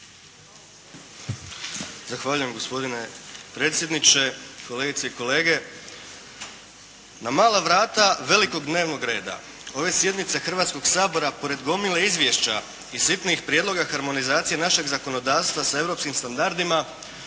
Zahvaljujem. Gospodine predsjedniče, kolegice i kolege. Na mala vrata velikog dnevnog reda ove sjednice Hrvatskoga sabora pored gomile izvješća i sitnih prijedloga harmonizacije našeg zakonodavstva sa europskim standardima